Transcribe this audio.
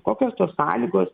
kokios tos sąlygos